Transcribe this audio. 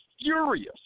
furious